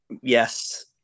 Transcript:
Yes